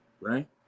right